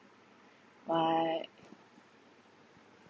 what